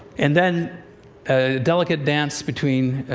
and then a delicate dance between